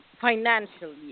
financially